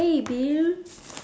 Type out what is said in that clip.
hey beau